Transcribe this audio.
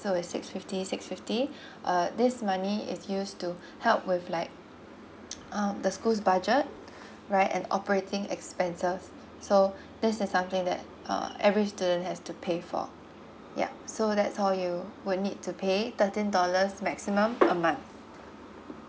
so is six fifty six fifty uh this money is used to help with like um the schools budget right and operating expenses so this is something that uh every student has to pay for yup so that's all you would need to pay thirteen dollars maximum a month